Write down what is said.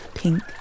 Pink